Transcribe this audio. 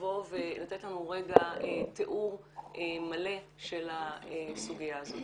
לבוא ולתת לנו רגע מלא של הסוגיה הזאת.